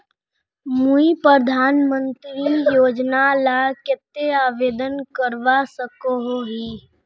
मुई प्रधानमंत्री योजना लार केते आवेदन करवा सकोहो ही?